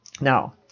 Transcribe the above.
Now